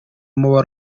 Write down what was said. muba